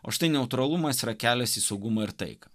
o štai neutralumas yra kelias į saugumą ir taiką